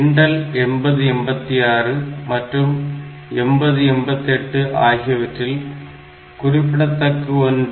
Intel 8086 மற்றும் 8088 ஆகியவற்றில் குறிப்பிடத்தக்க ஒன்று